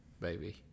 baby